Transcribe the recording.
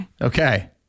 Okay